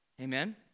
Amen